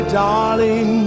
darling